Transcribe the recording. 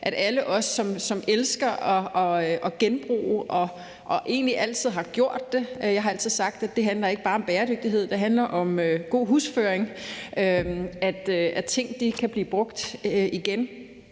til alle os, som elsker at genbruge og altid har gjort det – jeg har altid sagt at det ikke bare bæredygtighed; det handler om god husførelse – bliver taget